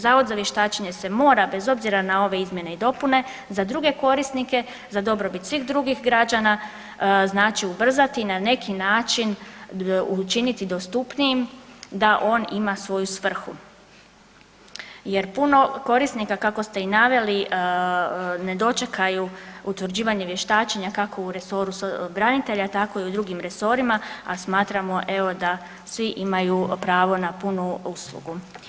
Zavod za vještačenje se mora bez obzira na ove izmjene i dopune za druge korisnike, za dobrobit svih drugih građana znači ubrzati i na neki način učiniti dostupnijim da on ima svoju svrhu, jer puno korisnika kako ste i naveli ne dočekaju utvrđivanje vještačenja kako u resoru branitelja, tako i u drugim resorima a smatramo evo da svi imaju pravo na punu uslugu.